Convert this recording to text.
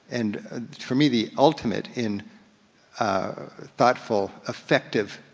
and for me the ultimate in thoughtful, effective